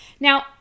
Now